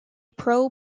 pro